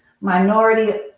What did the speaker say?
minority